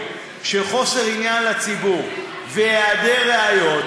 שבחוסר עניין לציבור והיעדר ראיות,